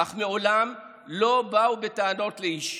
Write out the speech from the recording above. אך מעולם לא באו בטענות לאיש,